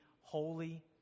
holy